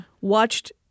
Watched